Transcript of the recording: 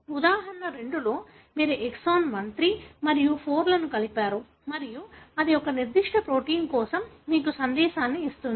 ఉదాహరణ 2 లో మీరు ఎక్సాన్ 1 3 మరియు 4 లను కలిపారు మరియు అది ఒక నిర్దిష్ట ప్రోటీన్ కోసం మీకు సందేశాన్ని ఇస్తుంది